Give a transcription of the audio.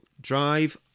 drive